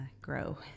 grow